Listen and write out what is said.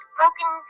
broken